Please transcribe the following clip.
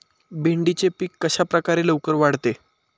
भेंडीचे पीक कशाप्रकारे लवकर वाढते?